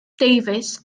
davies